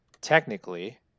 technically